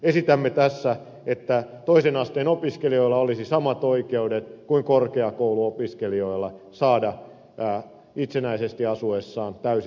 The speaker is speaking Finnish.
esitämme tässä että toisen asteen opiskelijoilla olisi samat oikeudet kuin korkeakouluopiskelijoilla saada itsenäisesti asuessaan täysi ikäisinä opintotukea